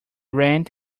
rent